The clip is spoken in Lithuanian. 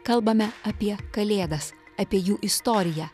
kalbame apie kalėdas apie jų istoriją